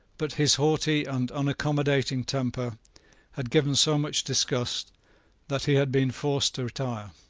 but his haughty and unaccommodating temper had given so much disgust that he had been forced to retire.